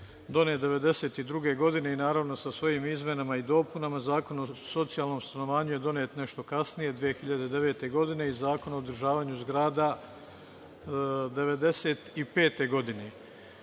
donet 1992. godine i, naravno, sa svojim izmenama i dopuna Zakon o socijalnom stanovanju je donet nešto kasnije 2009. godine i Zakon o održavanju zgrada 1995. godine. Kad